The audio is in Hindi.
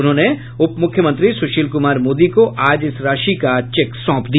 उन्होंने उपमुख्यमंत्री सुशील कुमार मोदी को आज इस राशि का चेक सौंपा